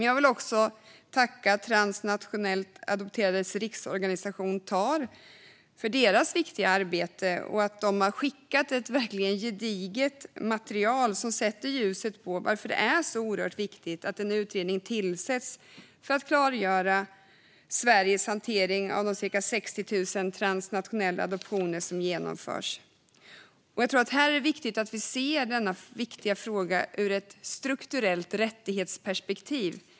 Jag vill också tacka Transnationellt Adopterades Riksorganisation, TAR, för deras viktiga arbete. De har skickat ett verkligt gediget material som sätter ljuset på varför det är så oerhört viktigt att en utredning tillsätts för att klargöra Sveriges hantering av de cirka 60 000 transnationella adoptioner som har genomförts. Här är det viktigt att vi ser denna viktiga fråga ur ett strukturellt rättighetsperspektiv.